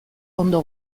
ondo